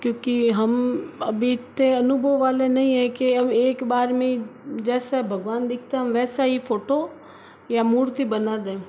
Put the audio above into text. क्योंकि हम अभी इतने अनुभव वाले नहीं है कि हम एक बार में ही जैसे भगवान दिखते हैं हम वैसा ही फोटो या मूर्ति बना दें